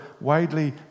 widely